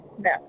no